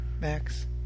Max